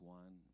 one